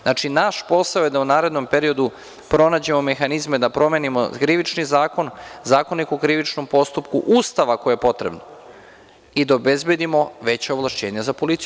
Znači, naš posao je da u narednom periodu pronađemo mehanizme da promenimo Krivični zakon, Zakonik o krivičnom postupku, Ustav, ako je potrebno, i da obezbedimo veća ovlašćenja za policiju.